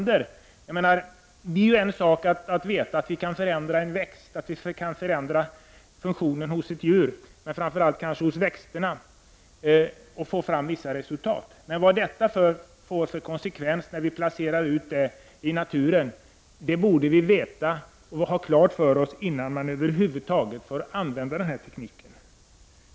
Det är en sak att veta att vi kan förändra en växt eller funktionen hos ett djur, och kanske framför allt hos växterna, och få fram vissa resultat. Men vi borde få klart för oss vad det blir för konsekvenser när man placerar ut sådant i naturen innan vi över huvud taget får använda den här tekniken.